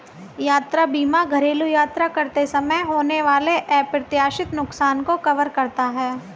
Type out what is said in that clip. यात्रा बीमा घरेलू यात्रा करते समय होने वाले अप्रत्याशित नुकसान को कवर करता है